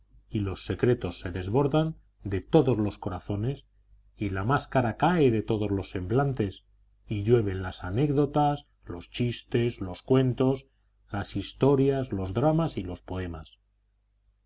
y los secretos se desbordan de todos los corazones y la máscara cae de todos los semblantes y llueven las anécdotas los chistes los cuentos las historias los dramas y los poemas